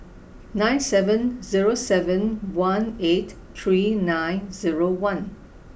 nine seven zero seven one eight three nine zero one